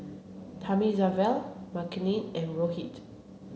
Thamizhavel Makineni and Rohit